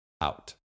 out